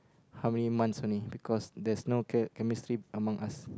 how many months only because there's no che~ chemistry among us